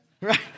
right